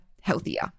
healthier